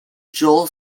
joel